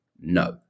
no